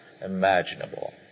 imaginable